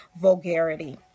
vulgarity